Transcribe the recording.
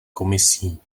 komisí